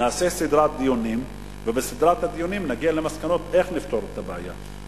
נעשה סדרת דיונים ובסדרת הדיונים נגיע למסקנות איך נפתור את הבעיה.